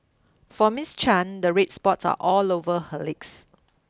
for Miss Chan the red spots are all over her legs